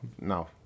no